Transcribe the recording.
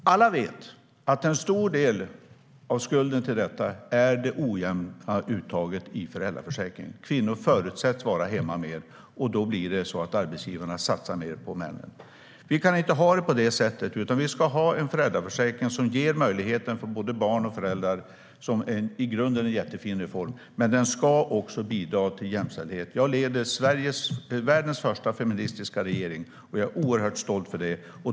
Alla vet att en stor del av skulden till detta är det ojämna uttaget i föräldraförsäkringen. Kvinnor förutsätts vara hemma mer, och då satsar arbetsgivarna mer på männen. Vi kan inte ha det på det sättet, utan vi ska ha en föräldraförsäkring som ger möjligheter för både barn och föräldrar. Det är i grunden en jättefin reform, men den ska även bidra till jämställdhet. Jag leder världens första feministiska regering, och jag är oerhört stolt över det.